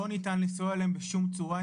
לא ניתן לנסוע אליהן בשום צורה?